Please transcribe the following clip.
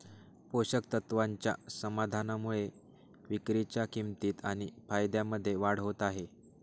पोषक तत्वाच्या समाधानामुळे विक्रीच्या किंमतीत आणि फायद्यामध्ये वाढ होत आहे